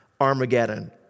Armageddon